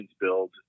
build